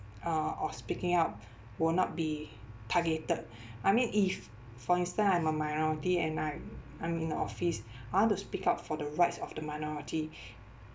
uh or speaking up will not be targeted I mean if for instance I'm a minority and I'm I'm in the office I want to speak up for the rights of the minority